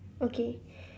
okay